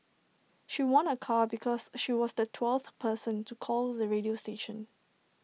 she won A car because she was the twelfth person to call the radio station